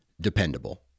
dependable